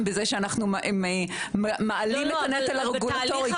בזה שאנחנו מעלים את הנטל הרגולטורי.